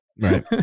Right